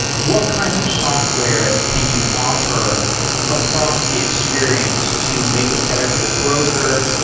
what kinds of software can you offer across the experience to make it better for the broker,